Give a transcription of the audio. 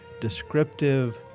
descriptive